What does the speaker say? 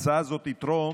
הצעה זו תתרום